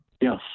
Yes